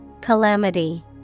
Calamity